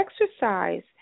exercise